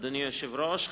אדוני היושב-ראש,